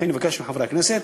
לכן אני מבקש מחברי הכנסת,